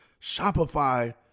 Shopify